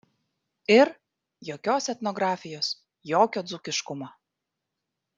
ir jokios etnografijos jokio dzūkiškumo